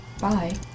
Bye